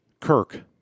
Kirk